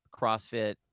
CrossFit